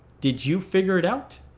did you figure it out?